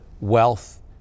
wealth